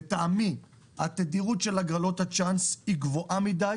לטעמי, התדירות של הגרלות הצ'אנס היא גבוהה מדי